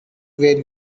where